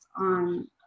on